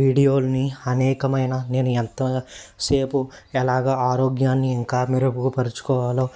వీడియోల్ని అనేకమైన నేను ఎంతసేపు ఎలాగ ఆరోగ్యాన్ని ఇంకా మెరుగుపరుచుకోవాలో